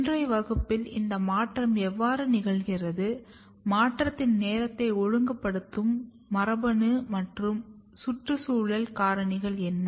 இன்றைய வகுப்பில் இந்த மாற்றம் எவ்வாறு நிகழ்கிறது மாற்றத்தின் நேரத்தை ஒழுங்குபடுத்தும் மரபணு மற்றும் சுற்றுச்சூழல் காரணிகள் என்ன